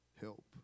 help